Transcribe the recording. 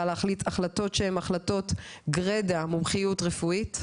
להחליט החלטות שהן החלטות גרידא מומחיות רפואית,